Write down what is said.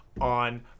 on